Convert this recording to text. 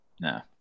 No